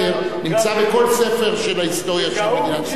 נמצא בכל ספר של ההיסטוריה של מדינת ישראל.